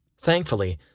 Thankfully